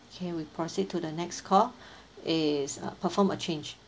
okay we proceed to the next call it's perform a change